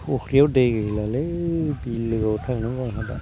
फुख्रियाव दै गैलालै बिलोआव थांनांगौ आंहा